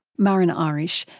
muireann irish,